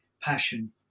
passion